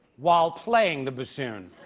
while playing the bassoon.